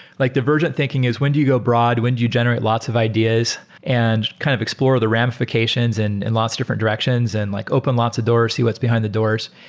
like divergent thinking is when do you go broad? when do you generate lots of ideas and kind of explore the ramifi cations in and and lots of different directions and like open lots of doors. see what's behind the doors.